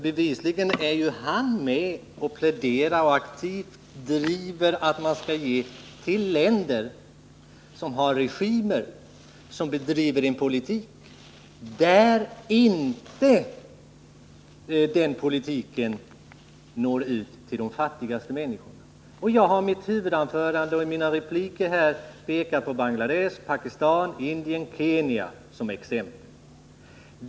Bevisligen är han med och aktivt pläderar för att vi skall ge hjälp till länder som har regimer som bedriver en politik som inte når ut till de fattigaste människorna. Jag har i mitt huvudanförande och i mina repliker pekat på Bangladesh, Pakistan, Indien och Kenya som exempel.